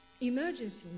emergency